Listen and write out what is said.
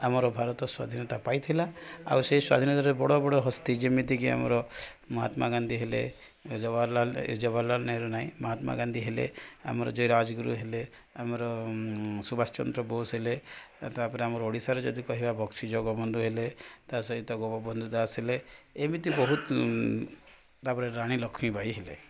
ଆମର ଭାରତ ସ୍ୱାଧିନତା ପାଇଥିଲା ଆଉ ସେଇ ସ୍ୱାଧିନତାରେ ବଡ଼ ବଡ଼ ହସ୍ତି ଯେମିତିକି ଆମର ମହାତ୍ମାଗାନ୍ଧୀ ହେଲେ ଜବାହାରଲାଲ ଜବାହରଲାଲ ନେହରୁ ନାଇଁ ମହାତ୍ମାଗାନ୍ଧୀ ହେଲେ ଆମର ଜୟୀ ରାଜଗୁରୁ ହେଲେ ଆମର ସୁବାଷଚନ୍ଦ୍ର ବୋଷ ହେଲେ ତାପରେ ଆମର ଓଡ଼ିଶାରେ ଯଦି କହିବା ବକ୍ସି ଜଗବନ୍ଧୁ ହେଲେ ତା' ସହିତ ଗୋବବନ୍ଧୁ ଦାସ ହେଲେ ଏମିତି ବହୁତ ତାପରେ ରାଣୀ ଲକ୍ଷ୍ମୀବାଇ ହେଲେ